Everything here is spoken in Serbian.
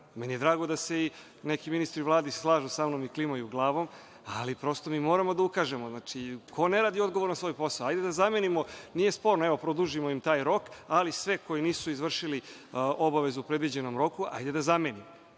je drago da se neki ministri u Vladi slažu sa mnom i klimaju glavom, ali prosto mi moramo da ukažemo ko ne radi odgovorno svoj posao. Hajde da zamenimo, nije sporno, evo, produžimo im taj rok, ali sve koji nisu izvršili obavezu u predviđenom roku hajde da zamenimo,